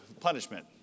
punishment